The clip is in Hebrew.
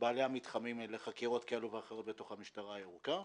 בעלי המתחמים לחקירות כאלה ואחרות בתוך המשטרה הירוקה.